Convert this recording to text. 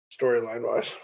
storyline-wise